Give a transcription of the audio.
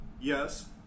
yes